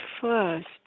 first